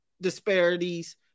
disparities